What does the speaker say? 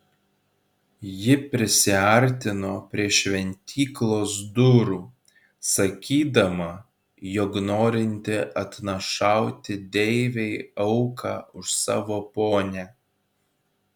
ji prisiartino prie šventyklos durų sakydama jog norinti atnašauti deivei auką už savo ponią